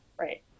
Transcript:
right